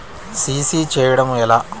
CC చేయడము ఎలా?